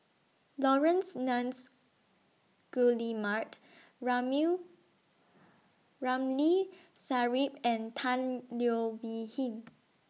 Laurence Nunns Guillemard Ramli Sarip and Tan Leo Wee Hin